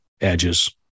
edges